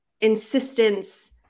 insistence